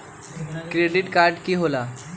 Credit card की होला?